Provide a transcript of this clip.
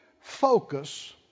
focus